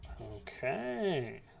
Okay